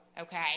okay